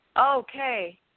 okay